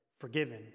forgiven